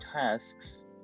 tasks